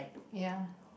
ya